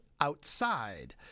Outside